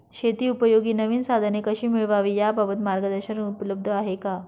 शेतीउपयोगी नवीन साधने कशी मिळवावी याबाबत मार्गदर्शन उपलब्ध आहे का?